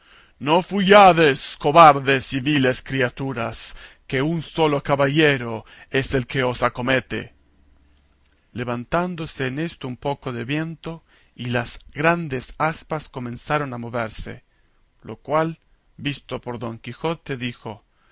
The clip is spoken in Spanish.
non fuyades cobardes y viles criaturas que un solo caballero es el que os acomete levantóse en esto un poco de viento y las grandes aspas comenzaron a moverse lo cual visto por don quijote dijo